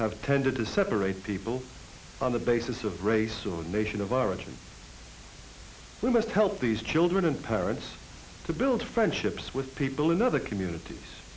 have tended to separate people on the basis of race or nation of origin we must help these children and parents to build friendships with people in other communities